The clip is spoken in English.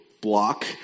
block